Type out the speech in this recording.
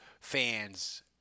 fans